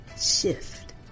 shift